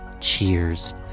Cheers